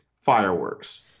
fireworks